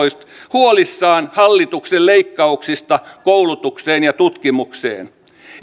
huolissaan hallituksen leikkauksista koulutukseen ja tutkimukseen